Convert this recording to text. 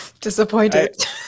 disappointed